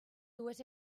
dues